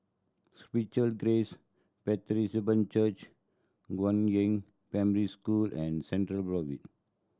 Spiritual Grace Church Guangyang Primary School and Central Boulevard